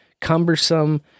cumbersome